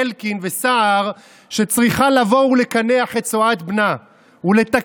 אלקין וסער שצריכה לבוא ולקנח את צואת בנה ולתקן